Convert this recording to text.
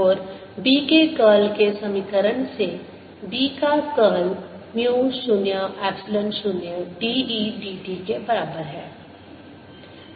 और B के curl के समीकरण से B का curl mu 0 epsilon 0 dE dt के बराबर है